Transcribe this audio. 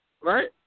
right